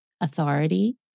authority